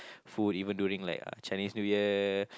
food even during like Chinese New Year